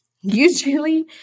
Usually